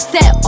Set